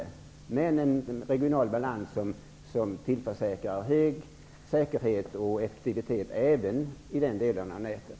Det är en regional balans som tillförsäkrar hög säkerhet och effektivitet även i den delen av nätet.